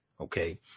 Okay